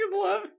love